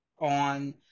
on